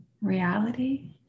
reality